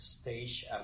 stage